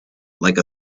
like